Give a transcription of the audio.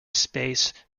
space